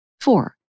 Four